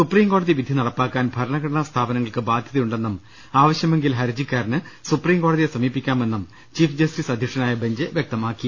supreme കോടതി വിധി നടപ്പാക്കാൻ ഭരണഘടനാ സ്ഥാപനങ്ങൾക്ക് ബാധ്യതയു ണ്ടെന്നും ആവശ്യമെങ്കിൽ ഹരജിക്കാരന് സുപ്രീം കോടതിയെ സമീപിക്കാമെന്നും ചീഫ് ജസ്റ്റിസ് അധ്യക്ഷനായ ബഞ്ച് വൃക്തമാക്കി